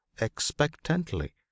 expectantly